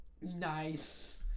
Nice